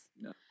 No